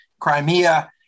Crimea